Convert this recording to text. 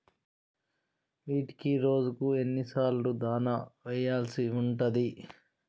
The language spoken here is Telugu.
వీటికి రోజుకు ఎన్ని సార్లు దాణా వెయ్యాల్సి ఉంటది?